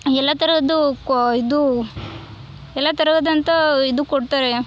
ಎಲ್ಲ ತರಹದ್ದು ಕೊ ಇದೂ ಎಲ್ಲ ತರಹದಂಥಾ ಇದು ಕೊಡ್ತಾರೆ